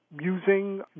using